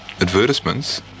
advertisements